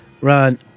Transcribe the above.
Ron